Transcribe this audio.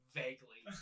vaguely